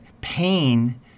pain